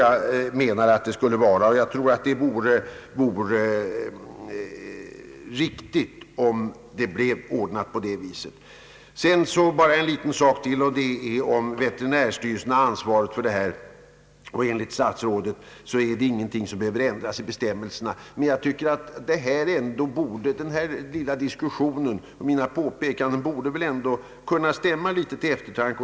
Jag menar att det bör vara på detta sätt, och jag tror att det vore riktigt om det blev ordnat på det viset. Jag vill tillägga ytterligare en sak. Det har sagts att det är veterinärstyrelsen som har ansvaret för denna verksamhet. Enligt herr statsrådet Bengtsson är det ingenting i bestämmelserna som behöver ändras. Men jag tycker att denna lilla diskussion och mina påpekanden väl ändå bör kunna stämma litet till eftertanke.